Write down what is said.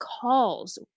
calls